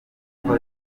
nuko